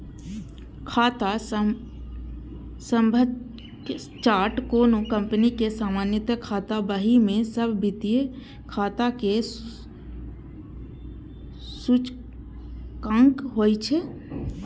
खाता सभक चार्ट कोनो कंपनी के सामान्य खाता बही मे सब वित्तीय खाताक सूचकांक होइ छै